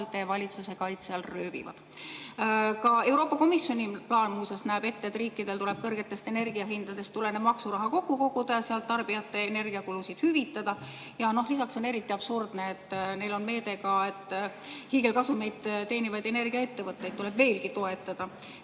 valitsuse kaitse all röövivad. Ka Euroopa Komisjoni plaan näeb ette, et riikidel tuleb kõrgetest energiahindadest tulenev [suurem] maksuraha kokku koguda ja sellest tarbijate energiakulusid hüvitada. Lisaks on eriti absurdne, et neil on meede, et hiigelkasumeid teenivaid energiaettevõtteid tuleb veelgi toetada.